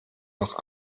noch